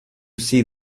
see